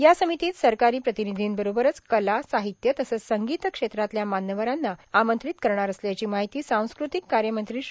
या समितीत सरकारी प्रतिनिधी बरोबरच कला साहित्य तसंच संगीत क्षेत्रातल्या मान्यवरांना आर्मंत्रित करणार असल्याची माहिती सांस्कृतिक कार्यमंत्री श्री